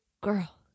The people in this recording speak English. girl